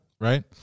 Right